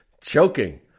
Choking